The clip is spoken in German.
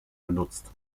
genutzt